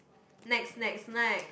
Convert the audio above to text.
next next next